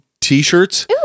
T-shirts